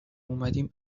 اومدیم